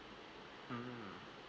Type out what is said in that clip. mm